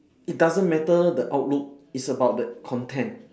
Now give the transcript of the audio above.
it doesn't matter the outlook it's about the content